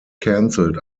canceled